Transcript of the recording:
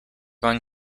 going